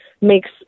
makes